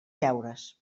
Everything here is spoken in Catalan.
deures